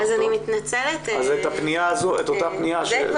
אז סעיף אחד